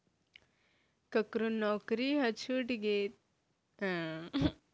ककरो नउकरी ह छूट गे त नउकरी छूटे के दू महिना बाद भविस्य निधि खाता म जमा होय जम्मो पइसा ल निकाल सकत हे